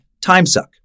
timesuck